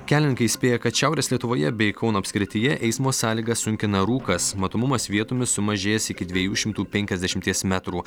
kelininkai įspėja kad šiaurės lietuvoje bei kauno apskrityje eismo sąlygas sunkina rūkas matomumas vietomis sumažėjęs iki dviejų šimtų penkiasdešimties metrų